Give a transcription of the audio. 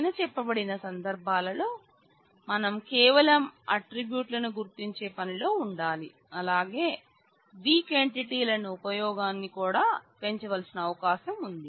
పై చెప్పబడిన సంధర్భాలలో మనం కేవలం ఆట్రిబ్యూట్స్ల ఉపయోగాన్ని కూడా పెంచవలసిన అవకాశం ఉంది